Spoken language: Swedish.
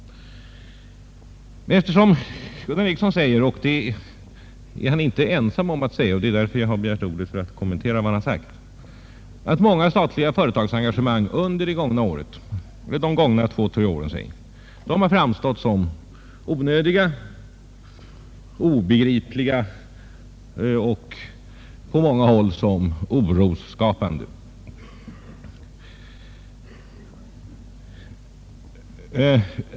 Herr Ericsson säger — och det är han inte ensam om — att många statliga företagsengagemang under de gångna två, tre åren har framstått som onödiga, obegripliga och — på många håll — orosskapande.